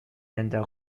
sender